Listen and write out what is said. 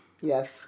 yes